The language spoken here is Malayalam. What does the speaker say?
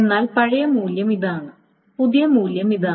എന്നാൽ പഴയ മൂല്യം ഇതാണ് പുതിയ മൂല്യം ഇതാണ്